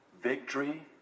Victory